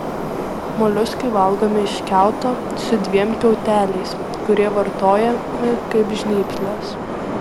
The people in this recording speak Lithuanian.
moliuskai valgomi iš kiauto su dviem kiauteliais kurie vartojami kaip žnyplės